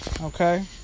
Okay